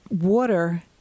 water